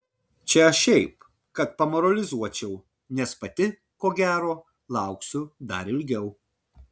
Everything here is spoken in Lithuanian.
čia aš šiaip kad pamoralizuočiau nes pati ko gero lauksiu dar ilgiau